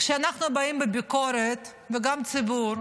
כשאנחנו באים בביקורת, וגם הציבור,